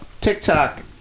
TikTok